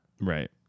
Right